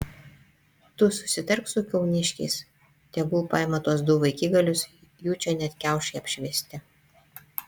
tu susitark su kauniškiais tegul paima tuos du vaikigalius jų čia net kiaušai apšviesti